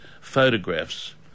photographs